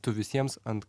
tu visiems ant